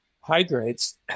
hydrates